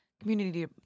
Community